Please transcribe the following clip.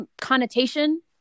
connotation